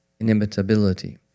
inimitability